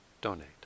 donate